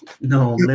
No